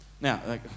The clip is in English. Now